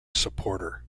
supporter